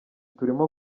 turimo